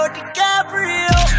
DiCaprio